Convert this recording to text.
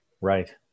Right